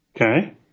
Okay